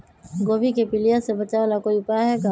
गोभी के पीलिया से बचाव ला कोई उपाय है का?